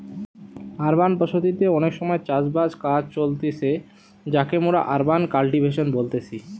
urban বসতি তে অনেক সময় চাষ বাসের কাজ চলতিছে যাকে মোরা আরবান কাল্টিভেশন বলতেছি